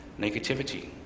negativity